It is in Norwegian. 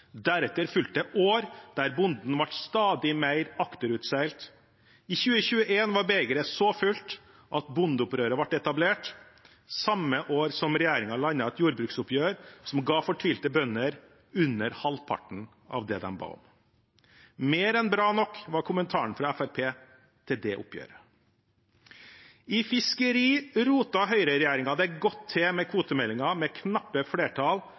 Deretter fulgte år der bonden ble stadig mer akterutseilt. I 2021 var begeret blitt så fullt at bondeopprøret ble etablert, samme år som regjeringen landet et jordbruksoppgjør som ga fortvilte bønder under halvparten av det de ba om. – Mer enn bra nok, var kommentaren fra Fremskrittspartiet til det oppgjøret. I fiskeri rotet høyreregjeringen det godt til med kvotemeldingen, med knappe flertall